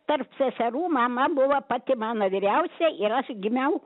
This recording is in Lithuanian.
tarp seserų mama buvo pati mano vyriausia ir aš gimiau